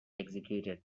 executed